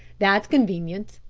that's convenient.